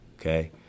Okay